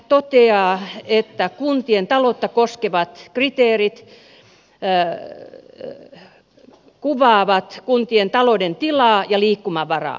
valiokunta toteaa että kuntien taloutta koskevat kriteerit kuvaavat kuntien talouden tilaa ja liikkumavaraa